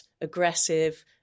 aggressive